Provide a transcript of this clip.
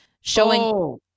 showing